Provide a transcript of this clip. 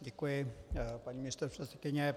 Děkuji, paní místopředsedkyně.